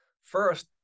First